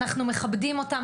אנחנו מכבדים אותם,